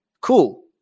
Cool